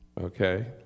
okay